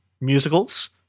musicals